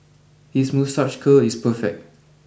his moustache curl is perfect